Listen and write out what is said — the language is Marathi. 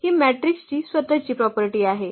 ही मॅट्रिक्सची स्वतःची प्रॉपर्टी आहे